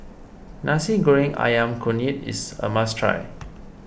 Nasi Goreng Ayam Kunyit is a must try